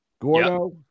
Gordo